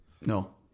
No